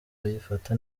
yifata